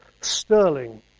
sterling